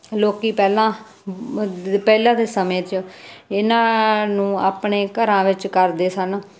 ਲੋਕ ਪਹਿਲਾਂ ਪਹਿਲਾਂ ਦੇ ਸਮੇਂ 'ਚ ਇਹਨਾਂ ਨੂੰ ਆਪਣੇ ਘਰਾਂ ਵਿੱਚ ਕਰਦੇ ਸਨ